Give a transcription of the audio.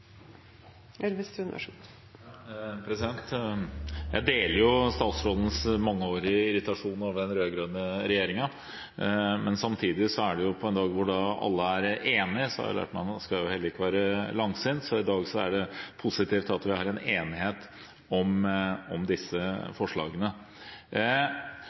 Jeg deler statsrådens mangeårige irritasjon over den rød-grønne regjeringen, men på en dag hvor alle er enige, har jeg lært meg at man ikke skal være langsint heller. Så i dag er det positivt at vi har en enighet om